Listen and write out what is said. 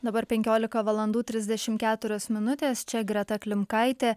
dabar penkiolika valandų trisdešimt keturios minutės čia greta klimkaitė